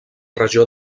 regió